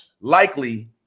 likely